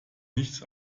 nichts